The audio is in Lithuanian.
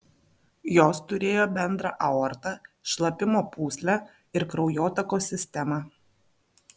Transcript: jos turėjo bendrą aortą šlapimo pūslę ir kraujotakos sistemą